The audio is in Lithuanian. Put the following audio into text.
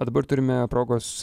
o dabar turime progos